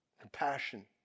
compassion